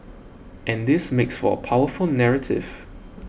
and this makes for a powerful narrative